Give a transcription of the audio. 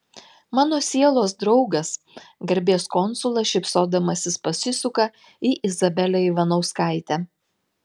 mano sielos draugas garbės konsulas šypsodamasis pasisuka į izabelę ivanauskaitę